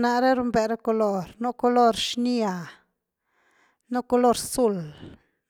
Nare runbe ra colory, nu color xnia, nu color zul,